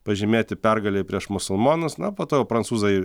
pažymėti pergalei prieš musulmonus na po to prancūzai